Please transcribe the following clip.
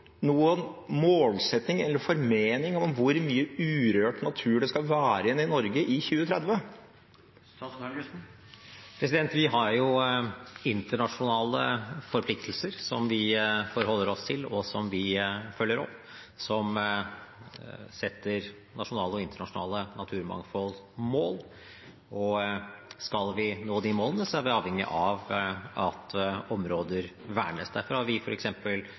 noen målsetting, eller formening, om hvor mye urørt natur det skal være igjen i Norge i 2030? Vi har jo internasjonale forpliktelser som vi forholder oss til, og som vi følger opp, som setter nasjonale og internasjonale mål for naturmangfold, og skal vi nå de målene, er vi avhengig av at områder vernes. Derfor har vi